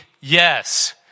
Yes